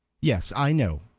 yes, i know.